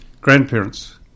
grandparents